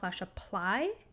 apply